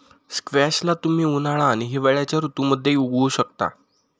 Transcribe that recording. squash ला तुम्ही उन्हाळा आणि हिवाळ्याच्या ऋतूमध्ये उगवु शकता